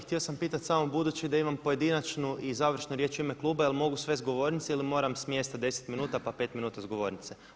Htio sam pitati samo budući da imam pojedinačnu i završnu riječ u ime kluba jel mogu sve s govornice ili moram s mjesta 10 minuta, pa 5 minuta s govornice?